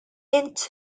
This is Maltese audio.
int